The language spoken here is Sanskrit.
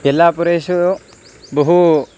यल्लापुरेषु बहु